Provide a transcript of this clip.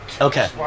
Okay